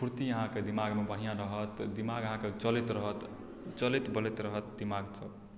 फुर्ती अहाँके दिमागमे बढ़ियाँ रहत दिमाग अहाँके चलैत रहत चलैत बुलैत रहत दिमाग